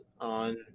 on